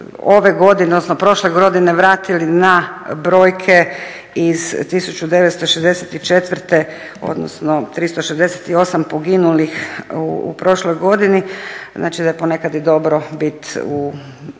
ove godine, odnosno prošle godine vratili na brojke iz 1964. odnosno 368 poginulih u prošloj godini. Znači da je ponekad i dobro bit u